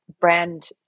brand